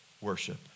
worship